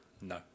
no